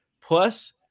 Plus